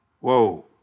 Whoa